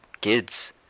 kids